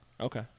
Okay